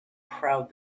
proud